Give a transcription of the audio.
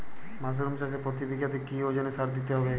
Mushroom চাষে প্রতি বিঘাতে কি ওজনে সার দিতে হবে?